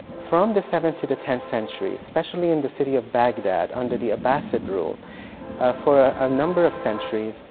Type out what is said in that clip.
from the seventh to the tenth century, especially in the city of baghdad under the abbasid rule for a number of centuries,